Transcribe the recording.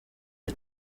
you